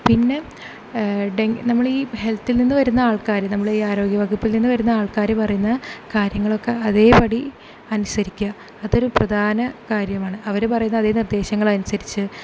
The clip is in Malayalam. പിന്നെ ഡെങ്കി നമ്മൾ ഈ ഹെൽത്തിൽ നിന്ന് വരുന്ന ആൾക്കാർ നമ്മൾ ഈ ആരോഗ്യ വകുപ്പിൽ നിന്ന് വരുന്ന ആൾക്കാർ പറയുന്ന കാര്യങ്ങളൊക്കെ അതേ പടി അനുസരിക്കണം അതൊരു പ്രധാന കാര്യമാണ് അവർ പറയുന്ന അതേ നിർദേശങ്ങൾ അനുസരിച്ച്